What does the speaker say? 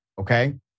okay